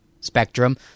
spectrum